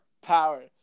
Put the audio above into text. power